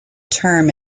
term